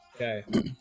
Okay